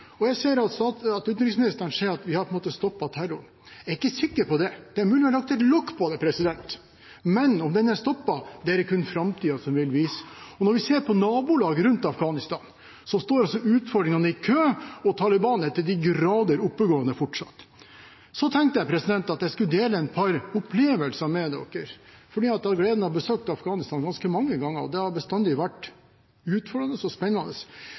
Afghanistan. Jeg ser at utenriksministeren sier at vi har på en måte stoppet terroren. Jeg er ikke sikker på det. Det er mulig vi har lagt et lokk på den, men om den er stoppet, er det kun framtiden som vil vise. Når vi ser på nabolaget til Afghanistan, står utfordringene i kø, og Taliban er til de grader oppegående fortsatt. Så tenkte jeg at jeg skulle dele et par opplevelser med dere. Jeg har hatt gleden av å besøke Afghanistan ganske mange ganger, og det har bestandig vært utfordrende og spennende.